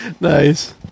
Nice